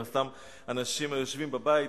אבל מן הסתם אנשים היושבים בבית